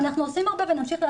אנחנו עושים הרבה ונמשיך לעשות.